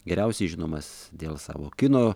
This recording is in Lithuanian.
geriausiai žinomas dėl savo kino